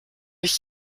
ich